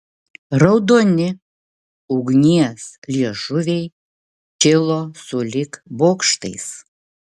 raudoni ugnies liežuviai kilo sulig bokštais